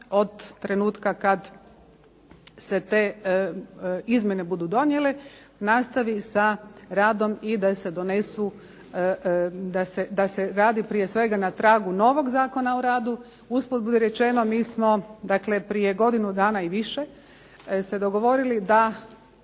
od trenutka kada se te izmjene budu donijele, nastavi sa radom i da se radi prije svega na tragu novog Zakona o radu. Usput budi rečeno, mi smo dakle prije godinu dana i više se dogovorili da